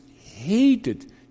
hated